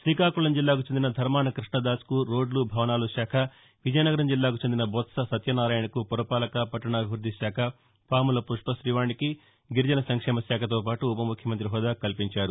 శ్రీకాకుళం జిల్లాకు చెందిన ధర్మాన కృష్ణదాస్ కు రోడ్లు భవనాల శాఖ విజయనగరం జిల్లాకు చెందిన బొత్స సత్యనారాయణకు పురపాలక పట్టణాభివృద్ది శాఖ పాముల పుష్ప శ్రీవాణికి గిరిజన సంక్షేమ శాఖతో పాటు ఉపముఖ్యమంతి హోదా కల్పించారు